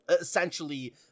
essentially